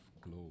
glow